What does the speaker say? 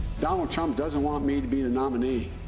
donald trump doesn't want me to be the nominee.